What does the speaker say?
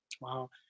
Wow